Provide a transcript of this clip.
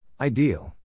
Ideal